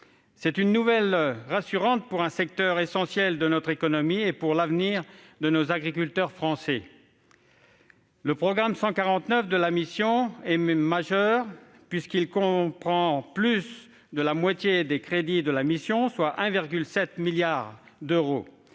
C'est une nouvelle rassurante pour un secteur essentiel de notre économie et pour l'avenir de nos agriculteurs français. Le programme 149 est d'importance majeure, puisqu'il comprend plus de la moitié des crédits de la mission, soit 1,7 milliard d'euros.